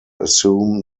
assume